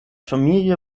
familie